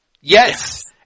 yes